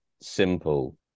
simple